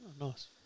nice